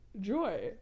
joy